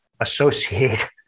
associate